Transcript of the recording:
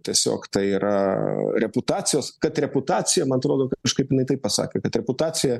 tiesiog tai yra reputacijos kad reputacija man atrodo kažkaip jinai taip pasakė kad reputacija